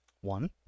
One